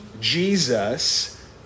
Jesus